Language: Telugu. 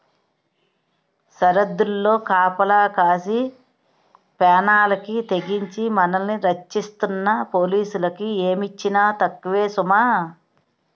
సరద్దుల్లో కాపలా కాసి పేనాలకి తెగించి మనల్ని రచ్చిస్తున్న పోలీసులకి ఏమిచ్చినా తక్కువే సుమా